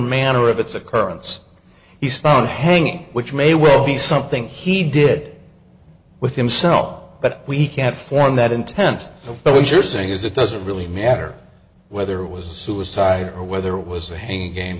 manner of its occurrence he's found hanging which may well be something he did with himself but we can't form that intent but what you're saying is it doesn't really matter whether it was a suicide or whether it was a hanging game